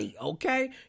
okay